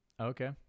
okay